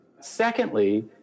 Secondly